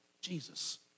Jesus